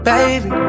Baby